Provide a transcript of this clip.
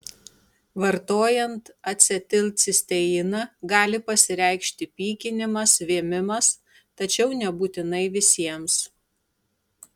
vartojant acetilcisteiną gali pasireikšti pykinimas vėmimas tačiau nebūtinai visiems